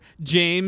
James